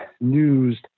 news